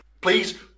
Please